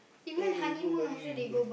eh we go Bali we go